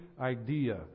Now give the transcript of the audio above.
idea